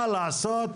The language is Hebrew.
מה לעשות,